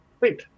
Wait